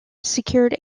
secured